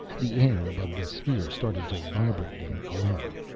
the air above the sphere started to vibrate and glow.